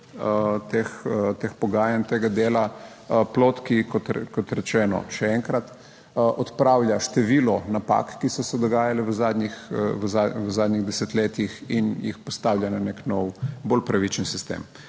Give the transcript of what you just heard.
teh pogajanj, tega dela, plod, ki, kot rečeno, še enkrat, odpravlja število napak, ki so se dogajale v zadnjih desetletjih, in jih postavlja na nek nov, bolj pravičen sistem.